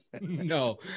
No